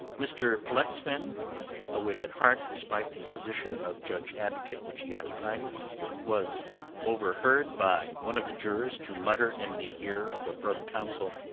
mr. pollexfen a whig at heart despite the position of judge-advocate which he occupied was overheard by one of the jurors to mutter in the ear of a brother counsel